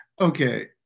okay